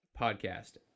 podcast